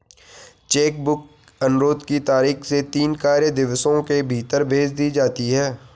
check book अनुरोध की तारीख से तीन कार्य दिवसों के भीतर भेज दी जाती है